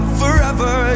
forever